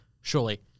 surely